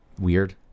weird